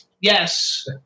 Yes